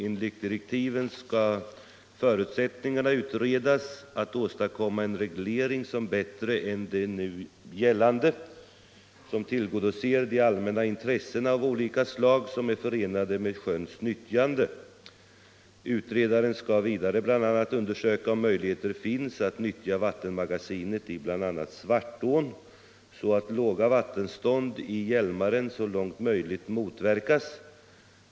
Enligt direktiven skall förutsättningarna utredas att åstadkomma en reglering som bättre än den nu gällande tillgodoser de allmänna intressen av olika slag som är förenade med sjöns nyttjande. Utredaren skall vidare undersöka om möjligcheter finns att utnyttja vattenmagasinen i bl.a. Svartån så att låga vattenstånd i Hjälmaren så långt möjligt motverkas.